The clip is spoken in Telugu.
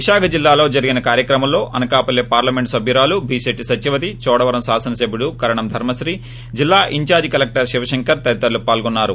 విశాఖ జిల్లాలో జరిగిన ఒక కార్యక్రమంలో అనకాపల్లి పార్లమెంట్ సభ్యురాలు భీకెట్టి సత్యవతి చోడవరం శాసనసభ్యుడు కరణం ధర్మశ్రీ జిల్లా ఇన్ధార్లి కలెక్టర్ శివశంకర్ తదితరులు పాల్గొన్నారు